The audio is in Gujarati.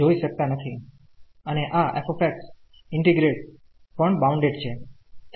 અને આ f ઈન્ટિગ્રેન્ડ પણ બાઉન્ડેડ છે